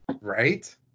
right